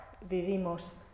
vivimos